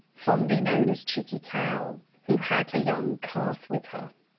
fondly known as cheeky cow, who had a young calf with her.